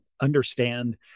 understand